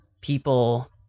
people